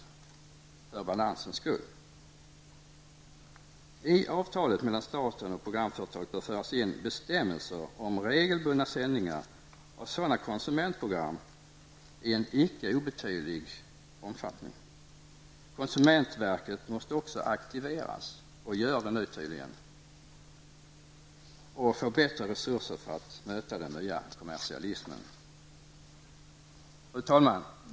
I avtalet mellan staten och programföretaget bör föras in bestämmelser om regelbundna sändningar av sådana konsumentprogram i en icke obetydlig omfattning. Konsumentverket måste också aktiveras -- så görs nu tydligen -- och få bättre resurser för att möta den nya kommersialismen. Fru talman!